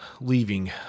leaving